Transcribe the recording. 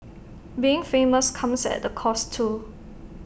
being famous comes at A cost too